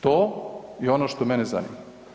To je ono što mene zanima.